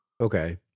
Okay